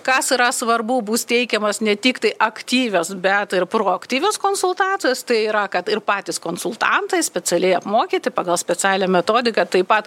kas yra svarbu bus teikiamas ne tik tai aktyvios bet ir proaktyvios konsultacijos tai yra kad ir patys konsultantai specialiai mokyti pagal specialią metodiką taip pat